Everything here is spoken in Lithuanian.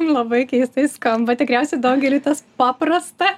labai keistai skamba tikriausiai daugeliui tas paprasta